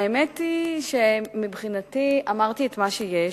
האמת היא שמבחינתי אמרתי את מה שיש,